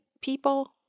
people